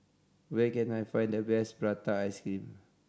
where can I find the best prata ice cream